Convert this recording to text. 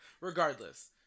Regardless